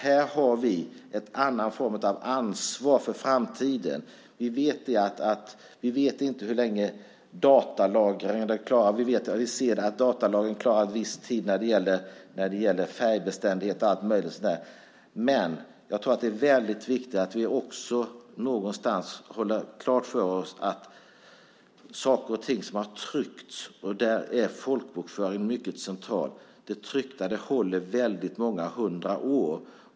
Här har vi ett gemensamt ansvar för framtiden. Vi vet att datalagring klarar viss tid när det gäller färgbeständighet med mera. Men jag tror att det är viktigt att vi har klart för oss att sådant som har tryckts - där är folkbokföringen central - håller i väldigt många hundra år.